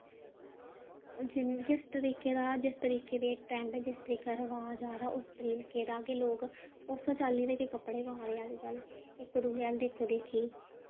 हून जिस तरीके दा जिस तरीके दे ट्रैंड जिस तरीके दा रवाज़ आ दा उस तरीके दा गै लोक उस्सै चाल्ली दे गै कपड़े पा दे अज्ज कल इक दूए अल्ल देखो देखी